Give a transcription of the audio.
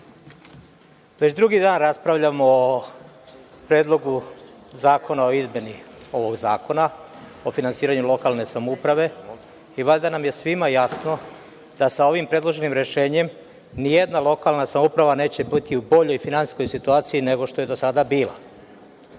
drugi dan raspravljamo o Predlogu zakona o izmeni Zakona o finansiranju lokalne samouprave i valjda nam je svim jasno da sa ovim predloženim rešenjem nijedna lokalna samouprava neće biti u boljoj finansijskoj situaciji nego što je do sada bila.